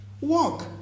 walk